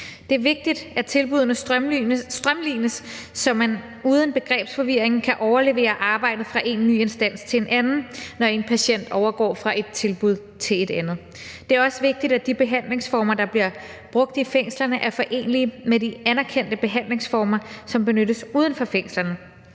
Det er vigtigt, at tilbuddene strømlines, så man uden begrebsforvirring kan overlevere arbejdet fra en ny instans til en anden, når en patient overgår fra et tilbud til et andet. Det er også vigtigt, at de behandlingsformer, der bliver brugt i fængslerne, er forenelige med de anerkendte behandlingsformer, som benyttes uden for fængslerne.